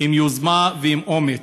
עם יוזמה ועם אומץ,